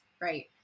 Right